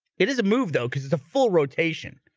it doesn't move though cuz it's a full rotation